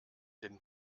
den